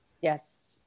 Yes